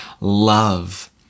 love